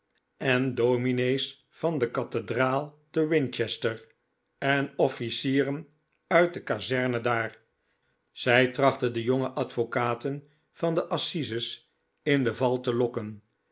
en domines van de cathedraal te winchester en officieren uit de kazerne daar zij trachtte de jonge advocaten van de assizes in de val te lokken